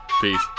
Peace